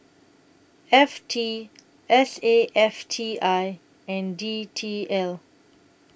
F T S A F T I and D T L